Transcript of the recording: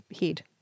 head